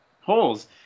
holes